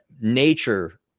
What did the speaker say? nature